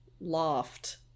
loft